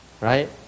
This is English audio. Right